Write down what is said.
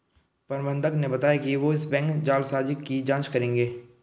प्रबंधक ने बताया कि वो इस बैंक जालसाजी की जांच करेंगे